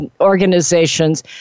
organizations